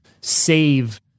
save